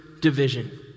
Division